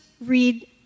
read